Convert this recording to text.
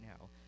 now